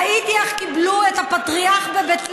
ראיתי איך קיבלו את הפטריארך בבית לחם,